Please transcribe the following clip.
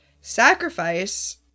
sacrifice